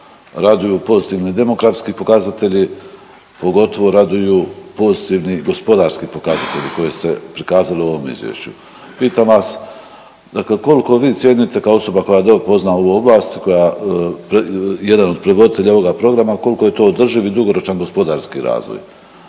Raduju pozitivni demografski pokazatelji. Pogotovo raduju pozitivni gospodarski pokazatelji koje ste prikazali u ovom izvješću. Pitam vas dakle koliko vi cijenite kao osoba koja pozna ovu oblast, koja je jedan od prevoditelja ovoga programa koliko je to održiv i dugoročno gospodarski razvoj?